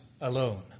alone